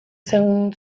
zen